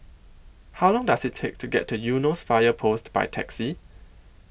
How Long Does IT Take to get to Eunos Fire Post By Taxi